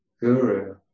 guru